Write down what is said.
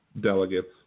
delegates